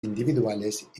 individuales